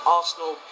Arsenal